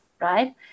right